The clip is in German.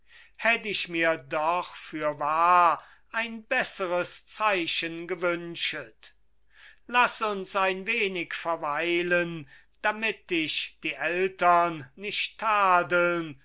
hätt ich mir doch fürwahr ein besseres zeichen gewünschet laß uns ein wenig verweilen damit dich die eltern nicht tadeln